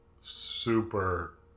super